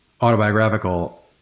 autobiographical